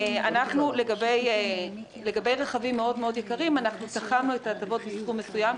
לגבי רכבים יקרים מאוד תחמנו את ההטבות בסכום מסוים,